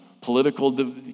political